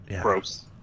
Gross